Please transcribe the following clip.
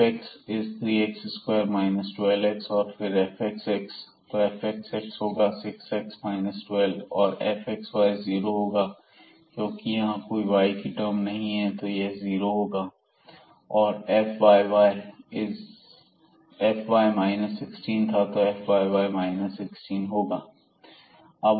अतः fx3x2 12x और फिर fxx तो fxx होगा 6 x 12 और यह fxy जीरो होगा क्योंकि यहां y की कोई टर्म नहीं तो जीरो होगा और fy 16 y था तो fyy जब होगा 16